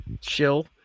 chill